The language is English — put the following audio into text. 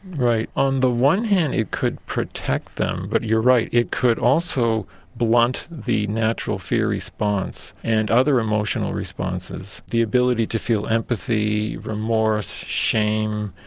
right. on the one hand it could protect them but you're right, it could also blunt the natural fear response and other emotional responses the ability to feel empathy, remorse, shame,